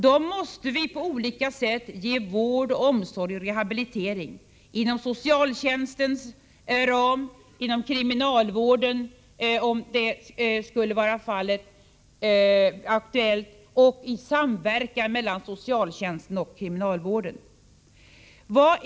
Dem måste vi på olika sätt ge vård, omsorg och rehabilitering inom socialtjänstens ram, inom kriminalvården om det skulle vara aktuellt och i samverkan mellan socialtjänsten och kriminalvården.